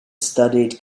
studied